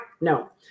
no